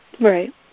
right